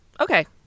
Okay